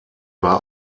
war